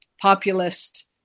populist